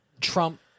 Trump